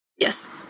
Yes